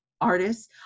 Artists